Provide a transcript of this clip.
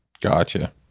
Gotcha